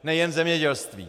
Nejen v zemědělství.